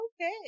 okay